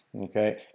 Okay